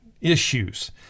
issues